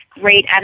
great